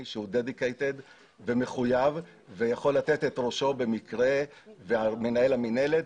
שהוא מחויב ויכול לתת את ראשו וגם מנהל מינהלת.